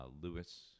Lewis